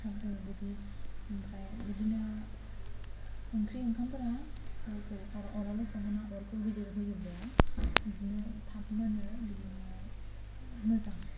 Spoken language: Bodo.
थाब जायो बिदि ओमफ्राय बिदिनो ओंख्रि ओंखामफोरा जेरै अरावनो सङोना अरखौ बिदिनो होयोब्ला बिदिनो थाब मोनो बिदिनो मोजां